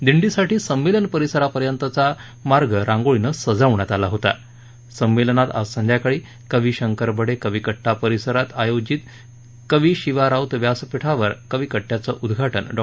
दिंडीसाठी संमेलन परिसरापर्यंतचा मार्ग रांगोळीनं सजवण्यात आला होता संमेलनात आज संध्याकाळी कवी शंकर बडे कविकट्टा परिसरात आयोजित कवी शिवा राऊत व्यासपीठावर कवीकट्टयाचं उद्घाटन डॉ